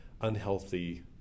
unhealthy